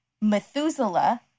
Methuselah